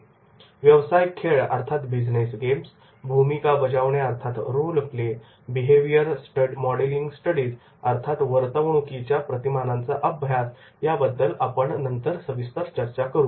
business games व्यवसाय खेळ role play भूमिका बजावणे बिहेवियर मोडेलिंग स्टडीज वर्तवणुकीच्या प्रतिमांनांचा अभ्यास याबद्दल आपण नंतर सविस्तर चर्चा करू